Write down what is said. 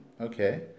Okay